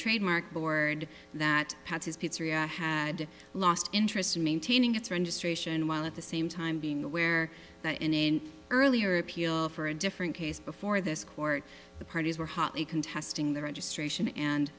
trademark board that had his pizzeria had lost interest in maintaining its registration while at the same time being aware that in a earlier appeal for a different case before this court the parties were hotly contesting the registration and